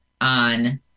on